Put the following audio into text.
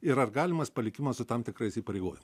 ir ar galimas palikimo su tam tikrais įpareigojo